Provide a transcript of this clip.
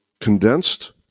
condensed